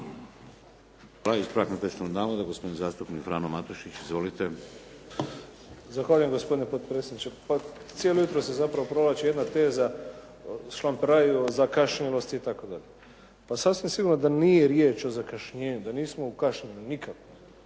Hvala. Ispravak netočnog navoda, gospodin zastupnik Frano Matušić. Izvolite. **Matušić, Frano (HDZ)** Zahvaljujem gospodine potpredsjedniče. Pa cijelo jutro se zapravo provlači jedna teza, šlamperaj o zakašnjelosti itd. Pa sasvim sigurno da nije riječ o zakašnjenju, da nismo u kašnjenju nikakvom.